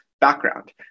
background